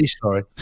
sorry